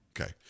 Okay